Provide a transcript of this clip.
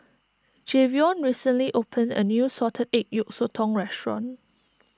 Jayvion recently opened a new Salted Egg Yolk Sotong restaurant